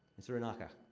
and cyrenaica.